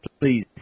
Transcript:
please